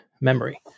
memory